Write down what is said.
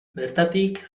bertatik